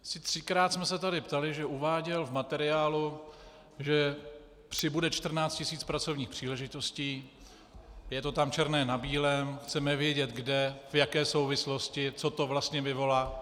Asi třikrát jsme se tu ptali, že uváděl v materiálu, že přibude 14 tisíc pracovních příležitostí, je to tam černé na bílém, chceme vědět kde, v jaké souvislosti, co to vlastně vyvolá.